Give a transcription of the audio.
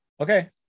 Okay